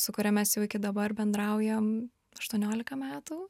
su kuria mes jau iki dabar bendraujam aštuoniolika metų